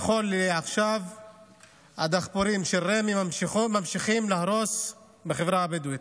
נכון לעכשיו הדחפורים של רמ"י ממשיכים להרוס בחברה הבדואית.